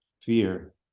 fear